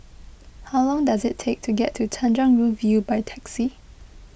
how long does it take to get to Tanjong Rhu View by taxi